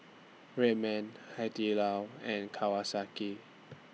Red Man Hai Di Lao and Kawasaki